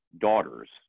daughters